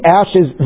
ashes